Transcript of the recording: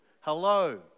Hello